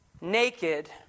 naked